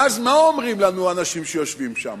ואז מה אומרים לנו אנשים שיושבים שם?